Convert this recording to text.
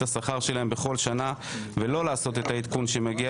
השכר שלהם בכול שנה ולא לעשות את העדכון שמגיע